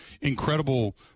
incredible